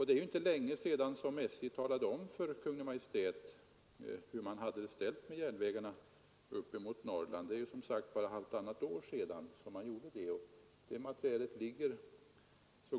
Det är inte länge sedan — bara halvtannat år sedan — som SJ meddelade Kungl. Maj:t hur det var ställt med kapaciteten hos järnvägarna upp emot Norrland.